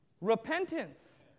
repentance